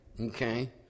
okay